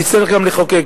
נצטרך גם לחוקק.